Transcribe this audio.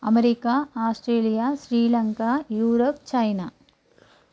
America Australia Sri Lanka Europe China